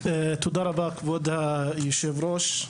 תודה רבה כבוד היושב-ראש.